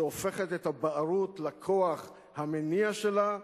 שהופכת את הבערות לכוח המניע שלה,